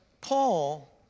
Paul